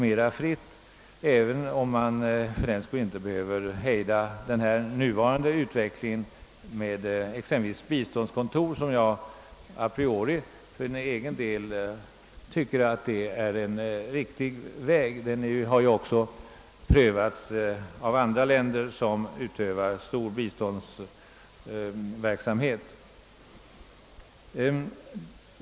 Man behöver fördenskull inte hejda den nuvarande utvecklingen med biståndskontor, vilket jag för egen del tycker är en riktig utveckling. Den har ju också prövats av andra länder, som utövar biståndsverksamhet av stor omfattning.